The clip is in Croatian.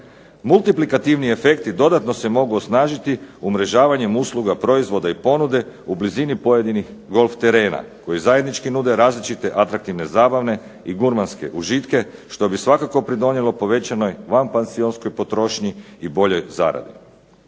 Multiplikativni efekti dodatno se mogu osnažiti umrežavanjem usluga proizvoda i ponude u blizini pojedinih golf terena koji zajednički nude različite atraktivne zabavne i gurmanske užitke što bi svakako pridonijelo povećanoj vanpansionskoj potrošnji i boljoj zaradi.